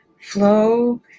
flow